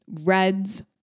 reds